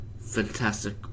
fantastic